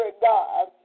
God